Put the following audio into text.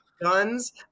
guns